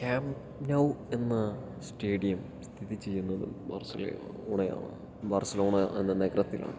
camp Nou എന്ന stadium സ്ഥിതി ചെയ്യുന്നത് ബാർസലോണയാണ് ബാർസലോണ എന്ന നഗരത്തിലാണ്